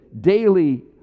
daily